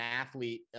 athlete